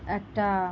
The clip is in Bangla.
একটা